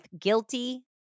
guilty